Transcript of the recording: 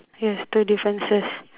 yes two differences